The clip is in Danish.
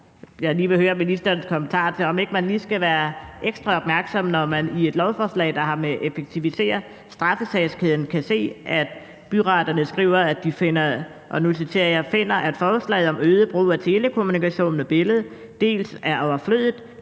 jeg lige vil høre ministerens kommentar til, om man ikke lige skal være ekstra opmærksom, når man i et lovforslag, der har med at effektivisere straffesagskæden at gøre, kan se, at byretterne skriver, og de finder, at forslaget om øget brug af telekommunikation med billede »dels er overflødigt,